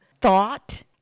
thought